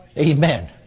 Amen